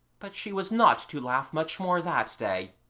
but she was not to laugh much more that day.